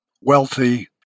wealthy